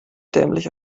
dämlich